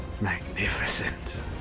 Magnificent